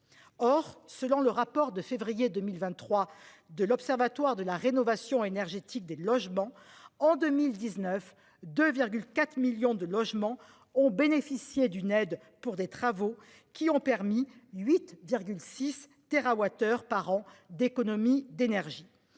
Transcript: Or, selon le rapport de février 2023 de l'Observatoire de la rénovation énergétique des logements en 2019 2, 4 millions de logements ont bénéficié d'une aide pour des travaux qui ont permis 8. 6 TWh par an d'économies d'énergie.